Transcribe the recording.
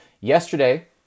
Yesterday